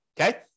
okay